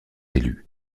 élus